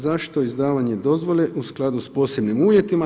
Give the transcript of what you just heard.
Zašto izdavanje dozvole u skladu s posebnim uvjetima?